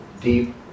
deep